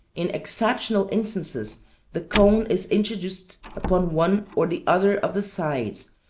in exceptional instances the cone is introduced upon one or the other of the sides,